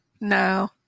no